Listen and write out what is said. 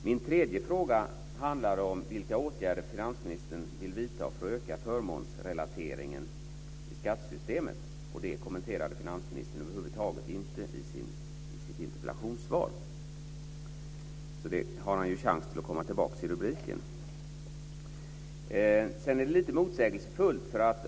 Min tredje fråga handlade om vilka åtgärder finansministern vill vidta för att öka förmånsrelateringen i skattesystemet. Det kommenterade finansministern över huvud taget inte i sitt interpellationssvar. Där har han en chans att komma tillbaka. Det är lite motsägelsefullt.